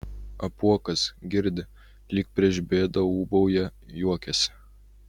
apuokas girdi lyg prieš bėdą ūbauja juokiasi